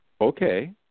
okay